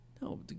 No